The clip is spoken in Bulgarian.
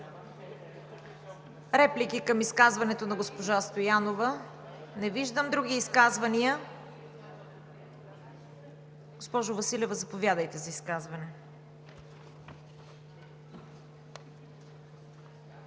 Реплики към изказването на госпожа Стоянова? Не виждам. Други изказвания? Госпожо Василева, заповядайте.